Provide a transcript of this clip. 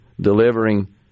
delivering